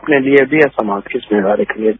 अपने लिए भी और समाज की जिम्मेदारी के लिए भी